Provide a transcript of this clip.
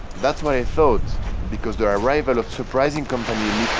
that's what i thought because there are rival of surprising company